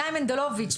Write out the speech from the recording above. חגי מנדולוביץ',